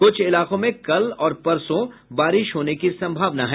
कुछ इलाकों में कल और परसो बारिश होने की संभावना है